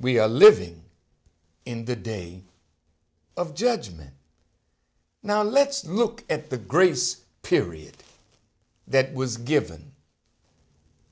we are living in the day of judgment now let's look at the grace period that was given